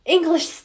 English